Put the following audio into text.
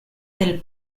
del